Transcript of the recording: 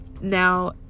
Now